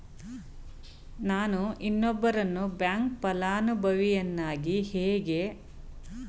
ನಾನು ಇನ್ನೊಬ್ಬರನ್ನು ಬ್ಯಾಂಕ್ ಫಲಾನುಭವಿಯನ್ನಾಗಿ ಹೇಗೆ ಸೇರಿಸಬಹುದು?